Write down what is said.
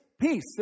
peace